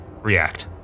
react